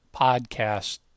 podcast